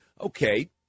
Okay